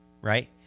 right